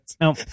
No